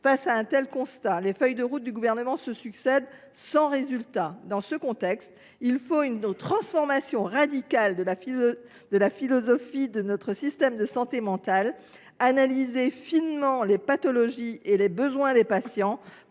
Face à un tel constat, les feuilles de route gouvernementales se succèdent, sans résultat. Dans ce contexte, il faut transformer radicalement la philosophie de notre système de santé mentale et analyser finement les pathologies et les besoins des patients